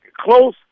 close